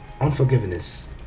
unforgiveness